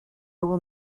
will